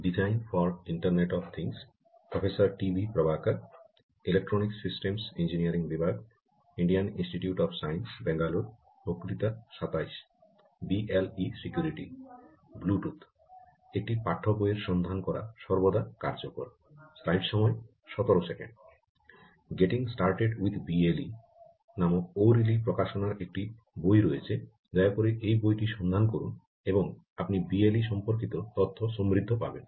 getting started with BLE" নামক 'O'Reilly O Reilly প্রকাশনার একটি বই রয়েছে দয়া করে এই বইটি সন্ধান করুন এবং আপনি বিএলই সম্পর্কিত তথ্য সমৃদ্ধ পাবেন